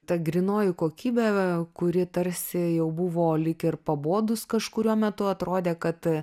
ta grynoji kokybė kuri tarsi jau buvo lyg ir pabodus kažkuriuo metu atrodė kad